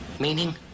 Meaning